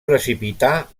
precipitar